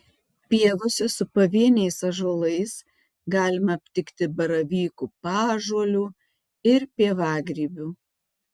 pievose su pavieniais ąžuolais galima aptikti baravykų paąžuolių ir pievagrybių